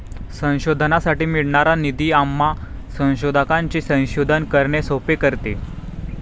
संशोधनासाठी मिळणारा निधी आम्हा संशोधकांचे संशोधन करणे सोपे करतो